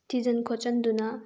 ꯊꯤꯖꯤꯟ ꯈꯣꯠꯆꯤꯟꯗꯨꯅ